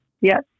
Yes